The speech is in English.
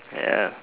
ya